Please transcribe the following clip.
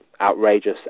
outrageous